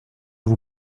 vous